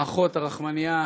האחות הרחמנייה,